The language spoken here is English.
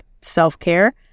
self-care